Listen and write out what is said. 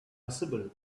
visible